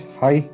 hi